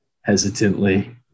hesitantly